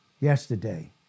Yesterday